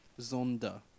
Zonda